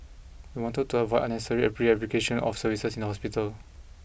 we wanted to avoid unnecessary replication of services in the hospital